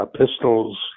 pistols